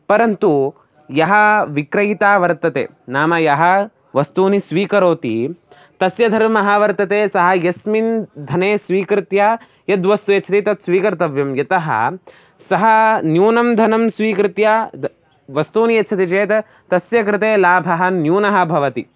परन्तु यः विक्रयिता वर्तते नाम यः वस्तूनि स्वीकरोति तस्य धर्मः वर्तते सः यस्मिन् धने स्वीकृत्य यद्वस्तु यच्छति तत् स्वीकर्तव्यं यतः सः न्यूनं धनं स्वीकृत्य द वस्तूनि यच्छति चेत् तस्य कृते लाभः न्यूनः भवति